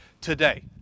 today